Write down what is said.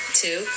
two